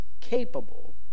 capable